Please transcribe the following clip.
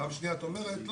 פעם שנייה את אומרת,